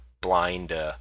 blind